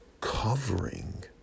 covering